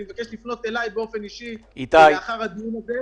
אני מבקש לפנות אליי באופן אישי לאחר הדיון הזה.